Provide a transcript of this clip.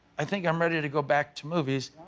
i think i'm ready to go back to movies.